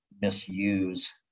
misuse